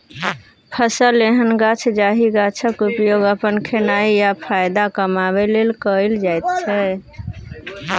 फसल एहन गाछ जाहि गाछक उपयोग अपन खेनाइ या फाएदा कमाबै लेल कएल जाइत छै